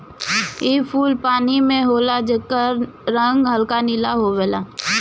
इ फूल पानी में होला जेकर रंग हल्का नीला होखेला